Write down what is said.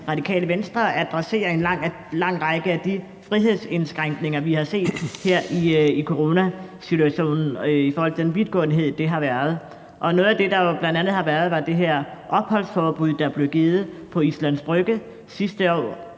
Radikale Venstre – at adressere en lang række af de frihedsindskrænkninger, vi har set her i coronasituationen, i forhold til den vidtgåenhed , der har været. Og noget af det, der bl.a. har været, var det her opholdsforbud, der blev indført på Islands Brygge sidste år,